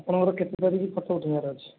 ଆପଣଙ୍କର କେତେ ତାରିଖ ଫଟୋ ଉଠାଇବାର ଅଛି